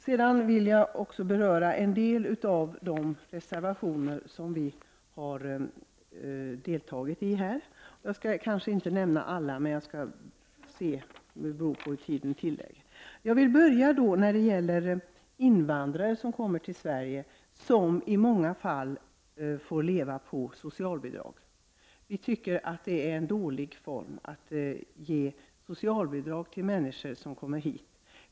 Jag vill även beröra en del av de reservationer som vi har fogat till betänkandet. Jag kommer kanske inte att nämna alla, men jag skall ta upp så många jag hinner. Invandrare som kommer till Sverige får i många fall leva på socialbidrag. Vi anser att det är ett dåligt system att ge socialbidrag till invandrare som kommer till Sverige.